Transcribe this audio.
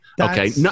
Okay